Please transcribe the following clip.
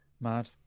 Mad